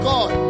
God